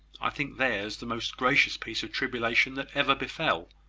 i think theirs the most gracious piece of tribulation that ever befell.